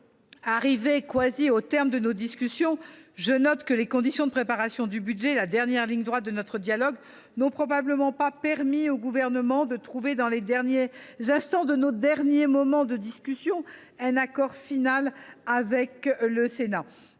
parvenus au terme de nos discussions, je note que les conditions de préparation du budget – la dernière ligne droite de notre dialogue – n’ont probablement pas permis au Gouvernement de trouver, en ces derniers moments de débat, un accord final avec le Sénat.